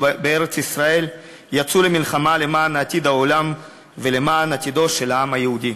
בארץ-ישראל יצאו למלחמה למען עתיד העולם ולמען עתידו של העם היהודי,